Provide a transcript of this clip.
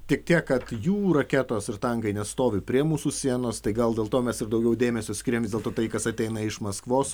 tik tiek kad jų raketos ir tankai nestovi prie mūsų sienos tai gal dėl to mes ir daugiau dėmesio skiriam vis dėlto tai kas ateina iš maskvos